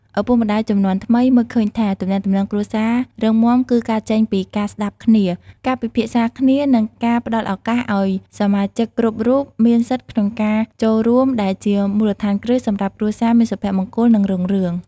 ឪពុកម្ដាយជំនាន់ថ្មីមើលឃើញថា ទំនាក់ទំនងគ្រួសាររឹងមាំគឺកើតចេញពីការស្ដាប់គ្នា ការពិភាក្សាគ្នា និងការផ្ដល់ឱកាសឲ្យសមាជិកគ្រប់រូបមានសិទ្ធិក្នុងការចូលរួម ដែលជាមូលដ្ឋានគ្រឹះសម្រាប់គ្រួសារមានសុភមង្គល និងរុងរឿង។